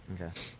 Okay